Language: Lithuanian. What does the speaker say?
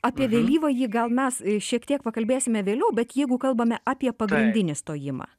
apie vėlyvąjį gal mes šiek tiek pakalbėsime vėliau bet jeigu kalbame apie pagrindinį stojimą